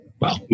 Wow